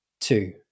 two